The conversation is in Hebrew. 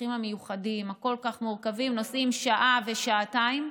הצרכים המיוחדים הכל-כך מורכבים נוסעים שעה ושעתיים,